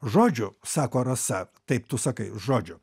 žodžiu sako rasa taip tu sakai žodžiu